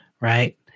right